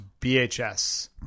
BHS